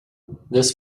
this